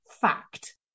fact